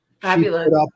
Fabulous